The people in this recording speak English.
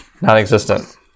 non-existent